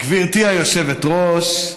גברתי היושבת-ראש,